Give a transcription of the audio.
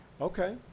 Okay